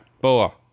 Boa